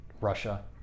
Russia